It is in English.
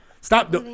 Stop